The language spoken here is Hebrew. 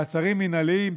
מעצרים מינהליים,